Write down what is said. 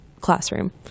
classroom